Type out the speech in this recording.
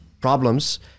problems